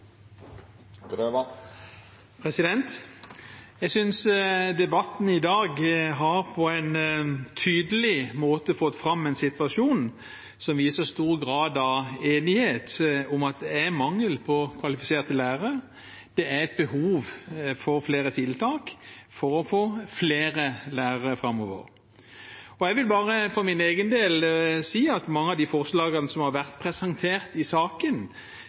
Jeg synes debatten i dag på en tydelig måte har fått fram en situasjon som viser stor grad av enighet om at det er mangel på kvalifiserte lærere, og at det er et behov for flere tiltak for å få flere lærere framover. Jeg vil bare for min egen del si at mange av de forslagene som har vært presentert i saken,